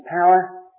power